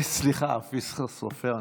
סליחה, אופיר סופר.